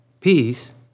peace